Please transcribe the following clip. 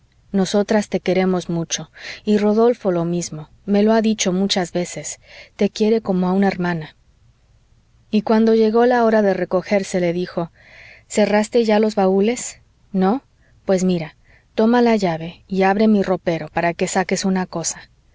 nosotras te queremos mucho y rodolfo lo mismo me lo ha dicho muchas veces te quiere como a una hermana y cuando llegó la hora de recogerse le dijo cerraste ya los baúles no pues mira toma la llave y abre mi ropero para que saques una cosa